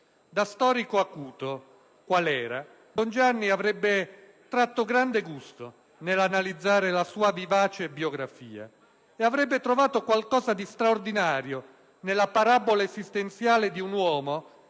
Da storico acuto qual era, don Gianni avrebbe tratto grande gusto nell'analizzare la sua vivace biografia e avrebbe trovato qualcosa di straordinario nella parabola esistenziale di un uomo